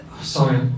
Sorry